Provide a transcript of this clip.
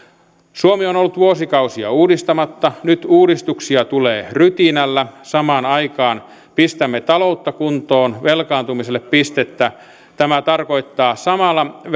suomi on ollut vuosikausia uudistamatta nyt uudistuksia tulee rytinällä samaan aikaan pistämme taloutta kuntoon velkaantumiselle pistettä tämä tarkoittaa samalla